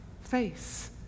face